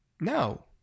No